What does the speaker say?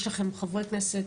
יש לכם את חברי הכנסת,